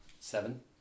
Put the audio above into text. Seven